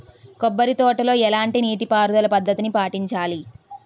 కొబ్బరి తోటలో ఎలాంటి నీటి పారుదల పద్ధతిని పాటించాలి?